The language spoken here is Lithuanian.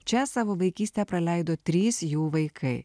čia savo vaikystę praleido trys jų vaikai